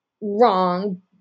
Wrong